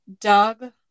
Doug